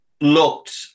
looked